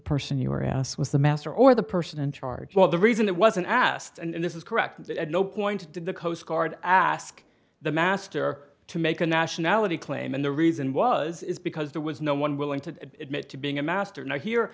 person you were asked was the master or the person in charge well the reason it wasn't asked and this is correct but at no point did the coast guard ask the master to make a nationality claim and the reason was is because there was no one willing to admit to being a master now here